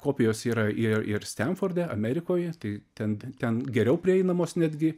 kopijos yra yra ir stenforde amerikoje tai ten ten ten geriau prieinamos netgi